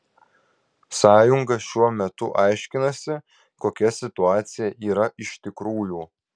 sąjunga šiuo metu aiškinasi kokia situacija yra iš tikrųjų